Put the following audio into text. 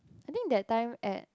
I think that time at